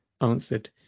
answered